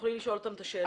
ותוכלי לשאול אותם השאלות.